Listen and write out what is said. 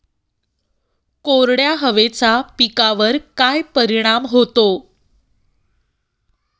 कोरड्या हवेचा पिकावर काय परिणाम होतो?